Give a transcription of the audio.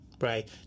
Right